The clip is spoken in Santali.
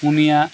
ᱯᱩᱱᱭᱟ